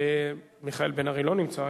מיכאל בן-ארי, לא נמצא.